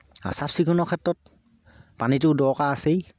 আৰু চাফ চিকুণৰ ক্ষেত্ৰত পানীটো দৰকাৰ আছেই